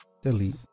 Delete